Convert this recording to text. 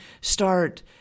start